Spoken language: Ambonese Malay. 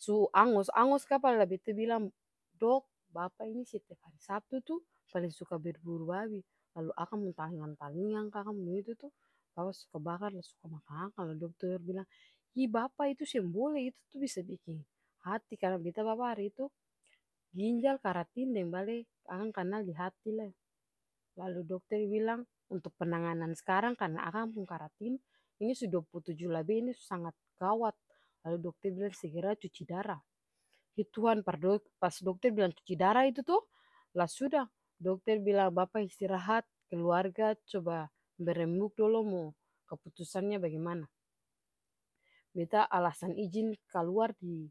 Su angus-angus kaapa, lah beta bilang dok bapa ini setiap hari sabtu tuh paleng suka berburu babi lalu akang pung talingang-talingang ka akang pung itu-itu tuh bapa suka bakar lah suka makang akang lah dokter bilang hi bapa itu seng bole itu tuh bisa biking hati, karna beta bapa hari itu ginjal, karatin, deng bale akang kanal dihati lai. Lalu dokter bilang untuk penanganan skarang karna akang pung karatin ini su duapul tuju labe ini su sangat gawat, lalu dokter bilang segera cuci dara, hi tuhan pas dok pas dokter bilang cuci dara itu toh lah suda dokter bilang bapa istirahat, keluarga coba beremuk dolo mo keputusannya bagimana. Beta alasan ijin kaluar di